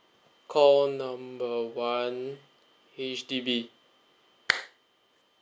call number one H_D_B